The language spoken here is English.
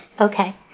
Okay